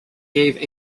gave